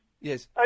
Yes